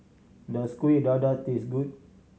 does Kuih Dadar taste good